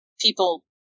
people